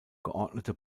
geordnete